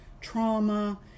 trauma